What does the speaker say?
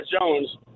Jones